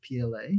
PLA